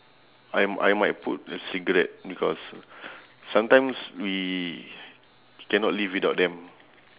I I might put a cigarette because sometimes we cannot live without them